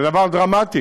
זה דבר דרמטי.